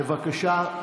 בבקשה,